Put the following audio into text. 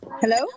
Hello